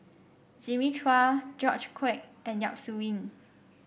Jimmy Chua George Quek and Yap Su Yin